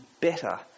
better